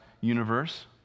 universe